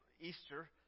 Easter